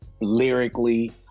lyrically